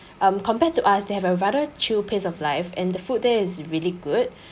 um compared to us they have a rather chill pace of life and the food there is really good